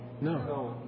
No